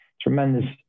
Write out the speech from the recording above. tremendous